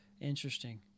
Interesting